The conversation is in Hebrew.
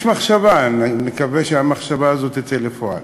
יש מחשבה, אני מקווה שהמחשבה הזאת תצא לפועל.